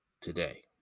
today